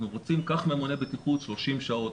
אנחנו מבקשים שייקח ממונה בטיחות 30 שעות,